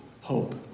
hope